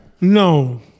No